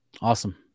Awesome